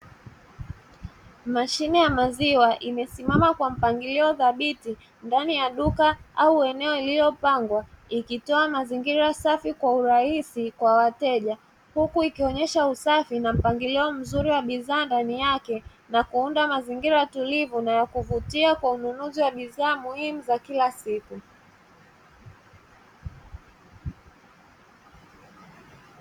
Mashine ya maziwa imesimama kwa mpangilio dhabiti ndani ya duka au eneo lililopangwa ikitoa mazingira safi kwa urahisi kwa wateja, huku ikionyesha usafi na mpangilio mzuri wa bidhaa, ndani yake na kuunda mazingira tulivu na ya kuvutia kwa ununuzi wa bidhaa muhimu za kila siku.